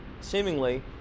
seemingly